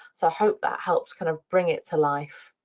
so i hope that helps kind of bring it to life.